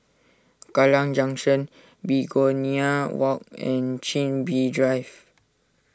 Kallang Junction Begonia Walk and Chin Bee Drive